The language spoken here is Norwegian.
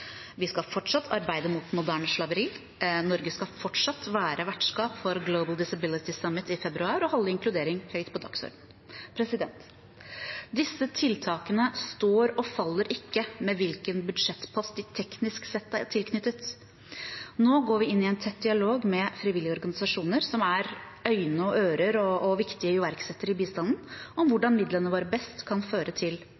Vi skal fortsatt arbeide mot moderne slaveri. Norge skal fortsatt være vertskap for Global Disability Summit i februar – og holde inkludering høyt på dagsordenen. Disse tiltakene står og faller ikke med hvilken budsjettpost de teknisk sett er tilknyttet. Nå går vi inn i en tett dialog med frivillige organisasjoner som er øyne og ører og viktige iverksettere innen bistanden, om